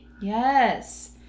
Yes